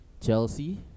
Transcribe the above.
Chelsea